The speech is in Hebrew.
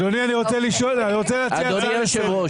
אדוני, אני רוצה להציע הצעה לסדר.